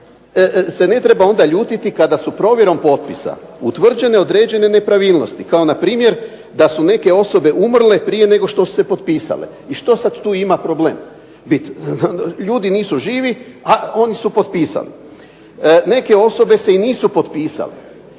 se ne treba onda ljutiti kada su provjerom potpisa utvrđene određene nepravilnosti kao npr. da su neke osobe umrle prije nego što su se potpisale. I što sad tu ima problem biti? Ljudi nisu živi, a oni su potpisali. Neke osobe se i nisu potpisale,